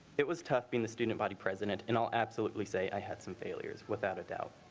it was tough being the student body president and i'll absolutely say i had some failures. without a doubt.